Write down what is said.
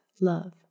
love